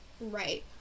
right